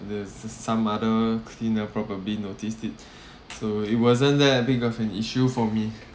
the some other cleaner probably noticed it so it wasn't that big of an issue for me